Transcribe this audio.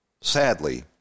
sadly